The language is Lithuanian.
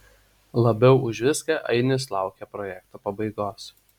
labiau už viską ainius laukia projekto pabaigos